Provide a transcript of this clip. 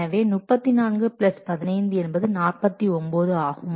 எனவே 34 பிளஸ் 15 என்பது 49 ஆகும்